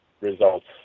results